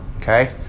Okay